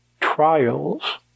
trials